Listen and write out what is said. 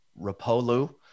Rapolu